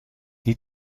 niet